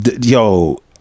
yo